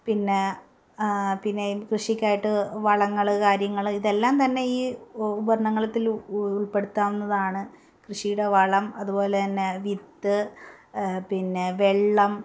പിന്നെ പിന്നെ കൃഷിക്കായിട്ട് വളങ്ങൾ കാര്യങ്ങൾ ഇതെല്ലാം തന്നെ ഈ ഉപകരണങ്ങൾ അതിൽ ഉൾപ്പെടുത്താവുന്നതാണ് കൃഷിയുടെ വളം അതുപോലെ തന്നെ വിത്ത് പിന്നെ വെള്ളം